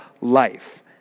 life